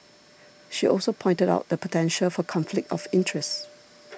she also pointed out the potential for conflict of interest